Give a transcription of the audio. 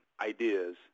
ideas